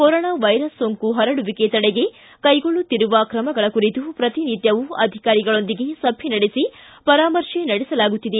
corona virus ಸೋಂಕು ಹರಡುವಿಕೆ ತಡೆಗೆ ಕೈಗೊಳ್ಳುತ್ತಿರುವ ಕ್ರಮಗಳ ಕುರಿತು ಪ್ರತಿನಿತ್ತವೂ ಅಧಿಕಾರಿಗಳೊಂದಿಗೆ ಸಭೆ ನಡೆಸಿ ಪರಾಮರ್ತೆ ನಡೆಸಲಾಗುತ್ತಿದೆ